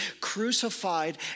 crucified